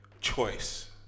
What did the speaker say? choice